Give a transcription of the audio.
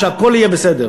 שהכול יהיה בסדר,